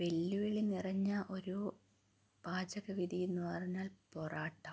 വെല്ലുവിളി നിറഞ്ഞ ഒരു പാചകവിധി എന്ന് പറഞ്ഞാൽ പൊറോട്ട